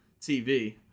TV